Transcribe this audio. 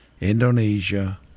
Indonesia